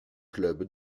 club